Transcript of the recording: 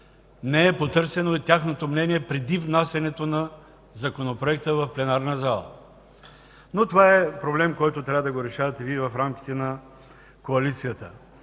не е потърсено и тяхното мнение преди внасянето на Законопроекта в пленарната зала, но това е проблем, който трябва да решавате Вие в рамките на коалицията.